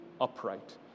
upright